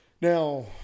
Now